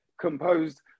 composed